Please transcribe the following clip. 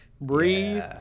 breathe